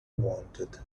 wanted